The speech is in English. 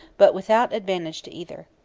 but without advantage to either.